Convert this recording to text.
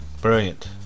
brilliant